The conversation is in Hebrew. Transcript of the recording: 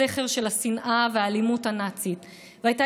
בסכר של השנאה והאלימות הנאצית והייתה